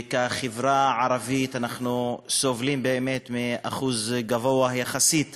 ובחברה הערבית אנחנו סובלים באמת מאחוז גבוה יחסית